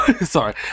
Sorry